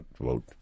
vote